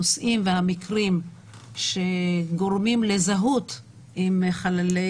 הנושאים והמקרים שגורמים לזהות עם חללי